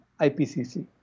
IPCC